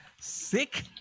Sick